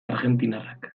argentinarrak